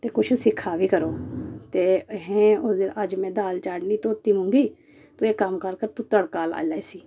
ते कुछ सिक्खा बी करो ते अहें अज्ज मैं दाल चाढ़नी धोती मुंगी ते इक कम्म कर तूं तड़का लाई लै इसी